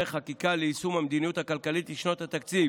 חקיקה ליישום המדיניות הכלכלית לשנות התקציב